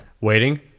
waiting